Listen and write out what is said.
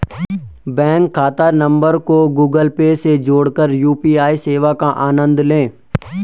bank खाता नंबर को गूगल पे से जोड़कर यू.पी.आई सेवा का आनंद लें